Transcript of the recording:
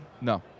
No